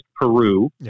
Peru